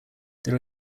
there